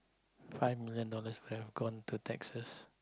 five million dollars would have gone to tax first